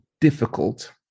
difficult